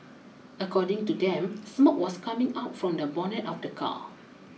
according to them smoke was coming out from the bonnet of the car